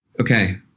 Okay